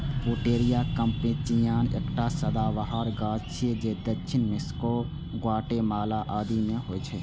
Pouteria कैम्पेचियाना एकटा सदाबहार गाछ छियै जे दक्षिण मैक्सिको, ग्वाटेमाला आदि मे होइ छै